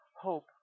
hope